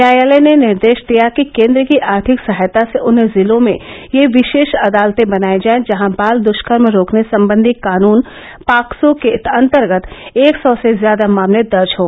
न्यायालय ने निर्देश दिया कि केन्द्र की आर्थिक सहायता से उन जिलों में ये विशेष अदालते बनाई जाए जहां बाल द्रष्कर्म रोकने संबंधी कानून पॉक्सो के अन्तर्गत एक सौ से ज्यादा मामले दर्ज हों